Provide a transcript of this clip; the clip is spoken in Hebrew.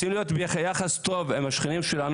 רוצים להיות ביחס טוב עם השכנים שלנו